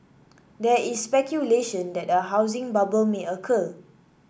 there is speculation that a housing bubble may occur